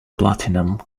platinum